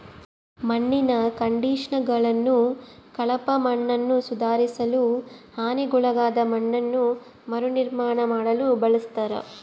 ಮಣ್ಣಿನ ಕಂಡಿಷನರ್ಗಳನ್ನು ಕಳಪೆ ಮಣ್ಣನ್ನುಸುಧಾರಿಸಲು ಹಾನಿಗೊಳಗಾದ ಮಣ್ಣನ್ನು ಮರುನಿರ್ಮಾಣ ಮಾಡಲು ಬಳಸ್ತರ